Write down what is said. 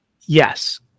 yes